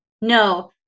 no